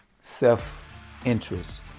self-interest